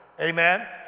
Amen